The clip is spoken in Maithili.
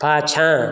पाछाँ